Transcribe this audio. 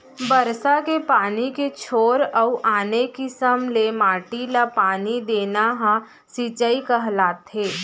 बरसा के पानी के छोर अउ आने किसम ले माटी ल पानी देना ह सिंचई कहलाथे